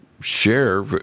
share